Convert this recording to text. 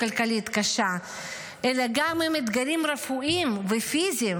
כלכלית קשה אלא גם עם אתגרים רפואיים ופיזיים,